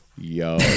Yo